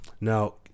Now